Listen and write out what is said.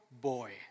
boy